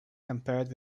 compared